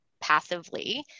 passively